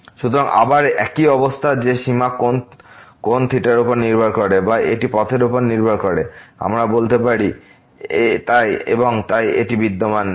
সুতরাং আবার একই অবস্থা যে সীমা কোণ থিটা উপর নির্ভর করে বা এটি পথের উপর নির্ভর করে আমরা বলতে পারি এবং তাই এটি বিদ্যমান নেই